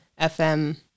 FM